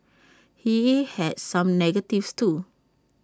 he had some negatives too